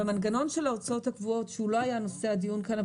במנגנון של ההוצאות הקבועות שהוא לא היה נושא הדיון כאן,